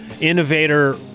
innovator